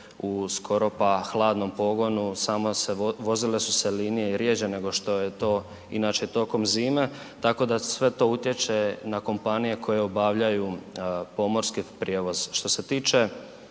u skoro pa hladnom pogonu, vozile su se linije rjeđe nego što je to inače tokom zime tako da sve to utječe na kompanije koje obavljaju pomorski prijevoz.